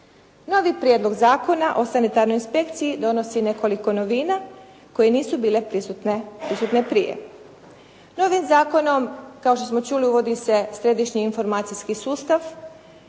Novi Prijedlog zakona o sanitarnoj inspekciji donosi nekoliko novina koje nisu bile prisutne prije. Novim zakonom kao što smo čuli uvodi se središnji informacijski sustav